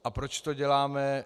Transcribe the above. A proč to děláme?